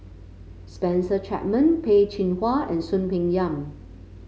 Spencer Chapman Peh Chin Hua and Soon Peng Yam